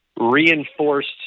reinforced